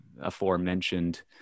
aforementioned